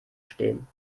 stehen